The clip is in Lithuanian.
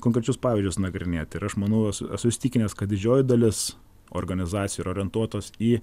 konkrečius pavyzdžius nagrinėt ir aš manau esu esu įsitikinęs kad didžioji dalis organizacijų yra orientuotos į